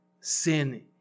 sin